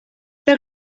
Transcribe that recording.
так